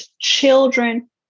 children